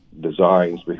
designs